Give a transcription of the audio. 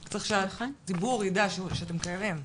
צריך שהציבור יידע שאתם קיימים.